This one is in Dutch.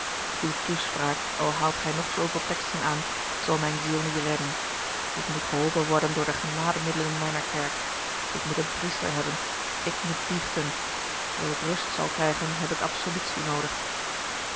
uwe toespraak al haalt gij nog zooveel teksten aan zal mijne ziel niet redden ik moet geholpen worden door de genademiddelen mijner kerk ik moet een priester hebben ik moet biechten zoo ik rust zal krijgen heb ik absolutie noodig